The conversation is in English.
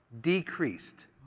decreased